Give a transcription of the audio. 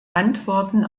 antworten